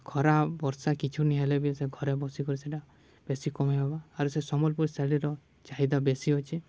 ଖରା ବର୍ଷା କିଛୁ ନିହେଲେ ବି ସେ ଘରେ ବସିିକରି ସେଟା ବେଶୀ କମେଇ ହେବା ଆର୍ ସେ ସମ୍ବଲପୁରୀ ଶାଢ଼ୀର ଚାହିଦା ବେଶୀ ଅଛେ